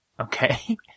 Okay